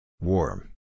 Warm